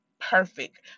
perfect